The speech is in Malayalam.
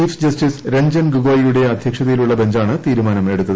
ചീഫ് ജസ്റ്റിസ് രഞ്ജൻ ഗൊഗോയിയുടെ അധ്യക്ഷതയിലുള്ള ബഞ്ചാണ് തീരുമാനമെടുത്ത്